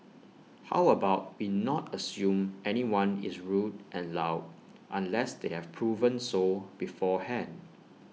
how about we not assume anyone is rude and loud unless they have proven so beforehand